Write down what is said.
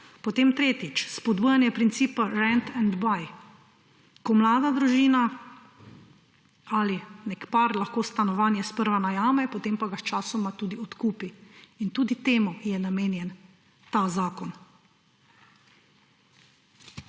Potem tretjič, spodbujanje principa rent and buy, ko mlada družina ali nek par lahko stanovanje sprva najame, potem pa ga sčasoma tudi odkupi. Tudi temu je namenjen ta zakon.